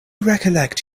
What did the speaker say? recollect